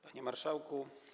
Panie Marszałku!